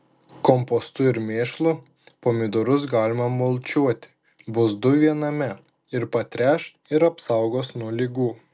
kompostu ir mėšlu pomidorus galima mulčiuoti bus du viename ir patręš ir apsaugos nuo ligų